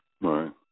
right